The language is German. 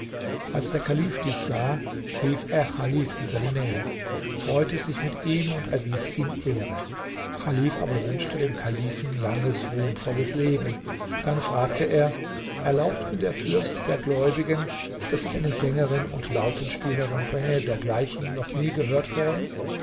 als der kalif dies sah rief er chalif in seine nähe freute sich mit ihm und erwies ihm ehre chalif aber wünschte dem kalifen langes ruhmvolles leben dann fragte er erlaubt mir der fürst der gläubigen daß ich eine sängerin und lautenspielerin bringe dergleichen noch nie gehört worden